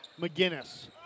McGinnis